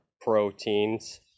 proteins